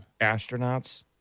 astronauts